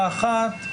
תכלית אחת,